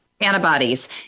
antibodies